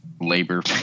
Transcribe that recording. labor